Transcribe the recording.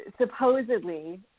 supposedly